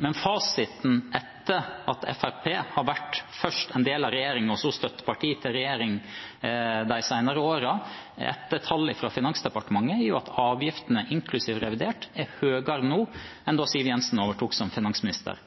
Men fasiten etter at Fremskrittspartiet først har vært en del av regjeringen og så støtteparti til regjeringen de senere årene, etter tall fra Finansdepartementet, er at avgiftene, inklusiv revidert, er høyere nå enn da Siv Jensen overtok som finansminister.